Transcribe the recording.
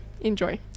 enjoy